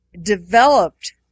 developed